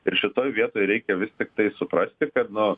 ir šitoj vietoj reikia vis tiktai suprasti kad nu